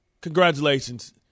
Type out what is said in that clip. Congratulations